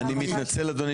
יוראי,